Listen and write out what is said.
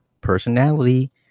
personality